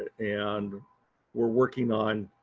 and we're working on